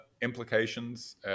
implications